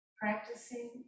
practicing